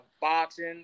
boxing